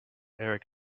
erik